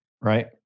Right